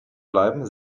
bleiben